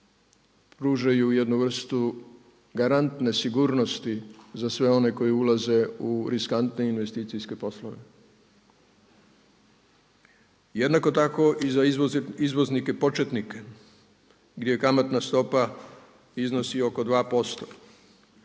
pružaju jednu vrstu garantne sigurnosti za sve one koji ulaze u riskantne investicijske poslove. Jednako tako i za izvoznike početnike gdje kamatna stopa iznosi oko 2%